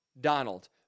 Donald